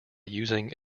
using